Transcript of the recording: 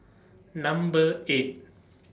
Number eight